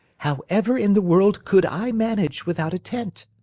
however in the world could i manage without a tent?